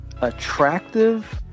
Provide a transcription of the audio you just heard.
attractive